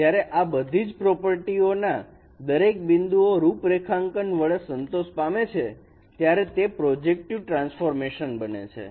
જ્યારે આ બધી જ પ્રોપર્ટીઓ ના દરેક બિંદુઓ રૂપ રેખાંકન વડે સંતોષ પામે છે ત્યારે તે પ્રોજેક્ટિવ ટ્રાન્સફોર્મેશન બને છે